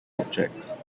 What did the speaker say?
objects